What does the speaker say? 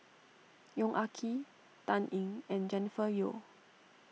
Yong Ah Kee Dan Ying and Jennifer Yeo